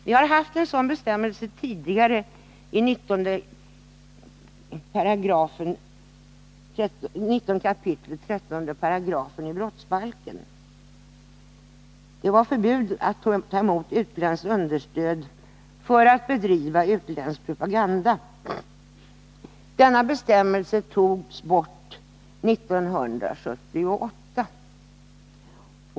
Vi har tidigare haft en sådan bestämmelse i brottsbalkens 19 kap. 13 §, innebärande förbud mot att ta emot utländskt understöd för att bedriva politisk propaganda. Denna bestämmelse togs bort 1978.